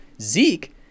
Zeke